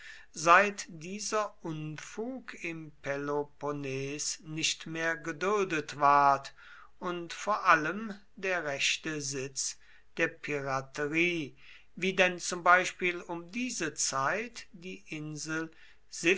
seit dieser unfug im peloponnes nicht mehr geduldet ward und vor allem der rechte sitz der piraterie wie denn zum beispiel um diese zeit die insel